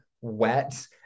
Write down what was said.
wet